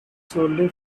solely